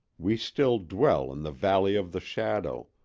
we still dwell in the valley of the shadow,